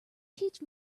teach